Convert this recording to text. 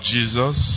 Jesus